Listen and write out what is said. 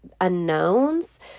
unknowns